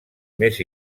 més